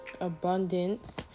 Abundance